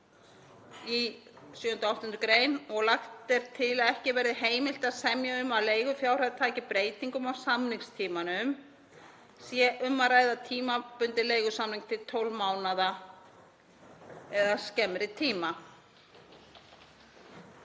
gr. frumvarpsins. Lagt er til að ekki verði heimilt að semja um að leigufjárhæð taki breytingum á samningstímanum sé um að ræða tímabundinn leigusamning til 12 mánaða eða skemmri tíma.